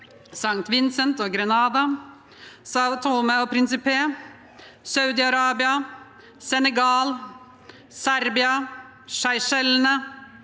Saint Vincent og Grenadinene, São Tomé og Príncipe, Saudi-Arabia, Senegal, Serbia, Seychellene,